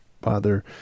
bother